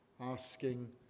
asking